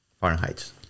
Fahrenheit